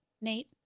Nate